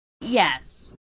Yes